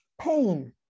pain